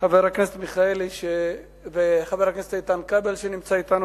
חבר הכנסת מיכאלי וחבר הכנסת איתן כבל שנמצא אתנו,